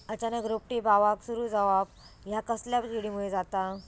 अचानक रोपटे बावाक सुरू जवाप हया कसल्या किडीमुळे जाता?